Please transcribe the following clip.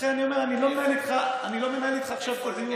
לכן אני אומר שאני לא מנהל איתך עכשיו פה דיון,